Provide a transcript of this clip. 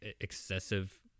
excessive